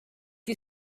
you